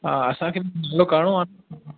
हा हा असां खे बि धंधो करिणो आहे